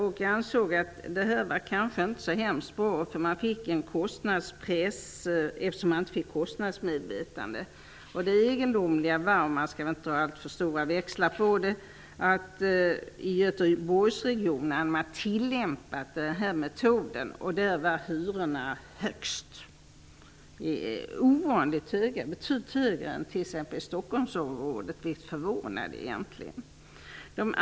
Jag ansåg att ett sådant här förfarande inte är så bra, eftersom det innebär en kostnadspress utan kostnadsmedvetande. Det egendomliga var, även om man inte skall dra alltför stora växlar på saken, att i Göteborgsregionen, där man har tillämpat denna metod, var hyrorna högst. De var t.ex. betydligt högre än i Stockholmsområdet, vilket är förvånande.